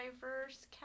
diverse